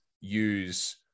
use